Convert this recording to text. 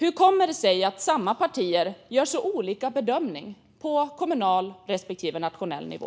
Hur kommer det sig att samma partier gör så olika bedömningar på kommunal respektive nationell nivå?